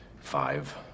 five